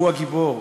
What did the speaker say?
הוא הגיבור.